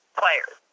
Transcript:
players